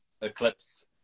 eclipse